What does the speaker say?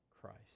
Christ